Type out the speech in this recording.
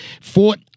fought